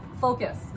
focus